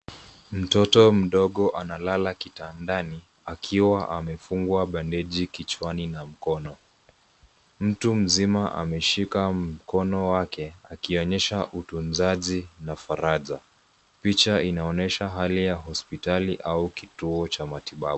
Mtoto mdogo analala kitandani akiwa amefungwa bandeji kichwani na mkono. Mtu mzima ameshika mkono wake akionyesha utunzaji na faraja. Picha inaonyesha hali ya hospitali au kituo cha matibabu.